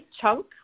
chunk